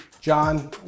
John